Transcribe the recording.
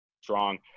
strong